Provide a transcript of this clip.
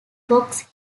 box